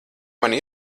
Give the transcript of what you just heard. mani